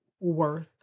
worth